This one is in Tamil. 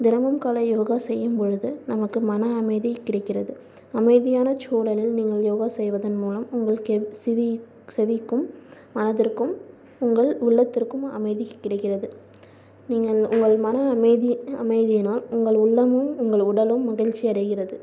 தினமும் காலை யோகா செய்யும் பொழுது நமக்கு மன அமைதி கிடைக்கிறது அமைதியான சூழலில் நீங்கள் யோகா செய்வதன் மூலம் உங்கள் கெ செவி செவிக்கும் மனதிற்கும் உங்கள் உள்ளத்திற்கும் அமைதி கிடைக்கிறது நீங்கள் உங்கள் மன அமைதி அமைதியானால் உங்கள் உள்ளமும் உங்கள் உடலும் மகிழ்ச்சி அடைகிறது